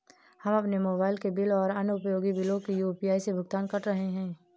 हम अपने मोबाइल के बिल और अन्य उपयोगी बिलों को यू.पी.आई से भुगतान कर रहे हैं